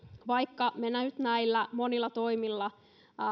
vaikka me nyt näillä monilla toimilla